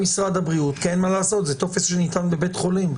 (ד) בלי לגרוע מהוראות סעיף קטן (א),